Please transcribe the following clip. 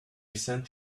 send